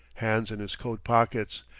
hands in his coat pockets,